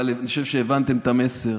אבל אני חושב שהבנתם את המסר.